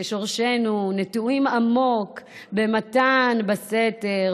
ששורשינו נטועים עמוק במתן בסתר,